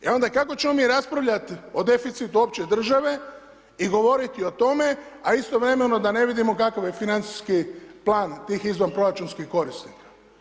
I onda kako ćemo mi raspravljat o deficitu opće države i govoriti o tome a istovremeno da ne vidimo kakav je financijski plan tih izvanproračunskih korisnika.